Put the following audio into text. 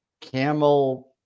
camel